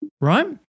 right